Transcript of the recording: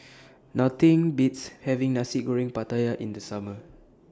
Nothing Beats having Nasi Goreng Pattaya in The Summer